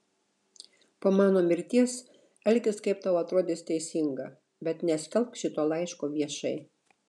po mano mirties elkis kaip tau atrodys teisinga bet neskelbk šito laiško viešai